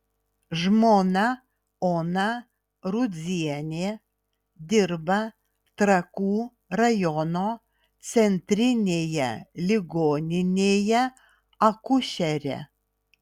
žmona ona rudzienė dirba trakų rajono centrinėje ligoninėje akušere